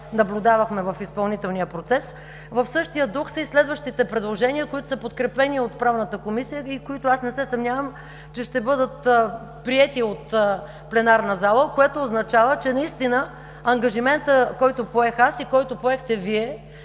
В същия дух са и следващите предложения, които са подкрепени от Правната комисия и които не се съмнявам, че ще бъдат приети от пленарната зала, което означава, че наистина ангажиментът, който поех аз и който поехте Вие,